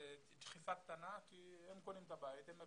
דחיפה קטנה, כי הם קונים את הבית ויש